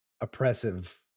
oppressive